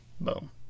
Boom